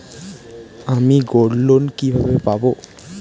আমি গোল্ডলোন কিভাবে পাব?